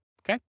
Okay